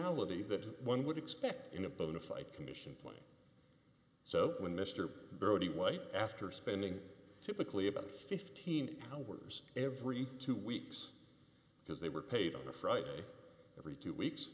ty that one would expect in a bonafide condition plane so when mr brody white after spending typically about fifteen hours every two weeks because they were paid on a friday every two weeks